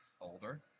older